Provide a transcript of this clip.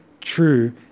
true